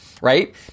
right